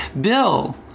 Bill